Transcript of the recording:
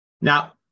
Now